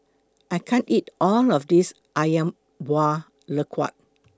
I can't eat All of This Ayam Buah Keluak